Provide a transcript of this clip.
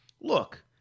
look